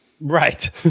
Right